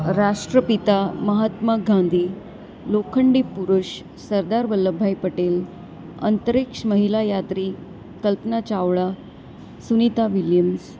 રાષ્ટ્રપિતા મહાત્મા ગાંધી લોખંડી પુરુષ સરદાર વલભભાઈ પટેલ અંતરીક્ષ મહિલા યાત્રી કલ્પના ચાવલા સુનિતા વિલિયમ્સ